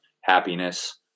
happiness